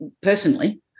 personally